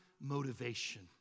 motivation